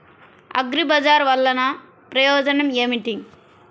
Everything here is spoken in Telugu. అగ్రిబజార్ వల్లన ప్రయోజనం ఏమిటీ?